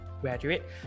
graduate